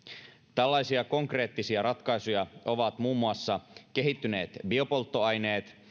tällaisia konkreettisia ratkaisuja ovat muun muassa kehittyneet biopolttoaineet